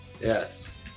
Yes